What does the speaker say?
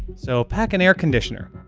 so pack an air conditioner.